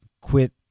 quit